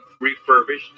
refurbished